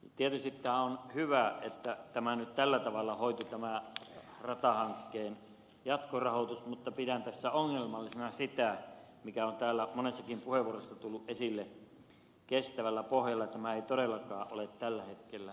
tietysti on hyvä että tämä ratahankkeen jatkorahoitus hoitui nyt tällä tavalla mutta pidän tässä ongelmallisena sitä mikä on täällä monessakin puheenvuorossa tullut esille että kestävällä pohjalla tämä ei todellakaan ole tällä hetkellä